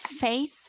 faith